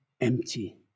empty